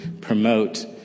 promote